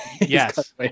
Yes